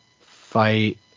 fight